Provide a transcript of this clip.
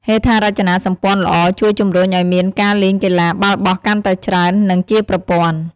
ហេដ្ឋារចនាសម្ព័ន្ធល្អជួយជំរុញឱ្យមានការលេងកីឡាបាល់បោះកាន់តែច្រើន និងជាប្រព័ន្ធ។